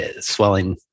swelling